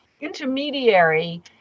intermediary